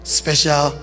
special